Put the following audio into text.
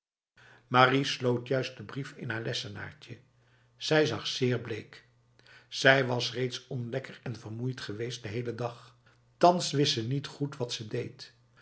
marie sloot juist de brief in haar lessenaartje zij zag zeer bleek zij was reeds onlekker en vermoeid geweest de hele dag thans wist ze niet goed wat ze deed